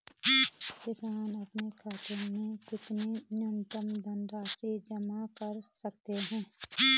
किसान अपने खाते में कितनी न्यूनतम धनराशि जमा रख सकते हैं?